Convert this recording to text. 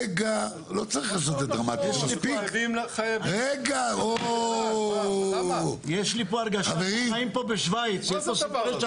היא מטעה את הציבור, למה את מטעה אותם?